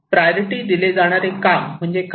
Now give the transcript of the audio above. priority दिले जाणारे काम म्हणजे काय